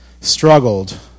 struggled